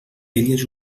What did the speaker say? elles